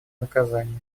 наказания